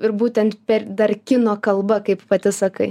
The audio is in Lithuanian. ir būtent per dar kino kalba kaip pati sakai